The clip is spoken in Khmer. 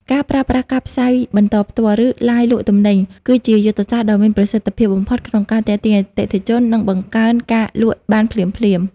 ការប្រើប្រាស់ការផ្សាយបន្តផ្ទាល់ ឬឡាយលក់ទំនិញ គឺជាយុទ្ធសាស្ត្រដ៏មានប្រសិទ្ធភាពបំផុតក្នុងការទាក់ទាញអតិថិជន និងបង្កើនការលក់បានភ្លាមៗ។